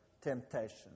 temptation